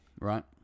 right